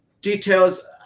details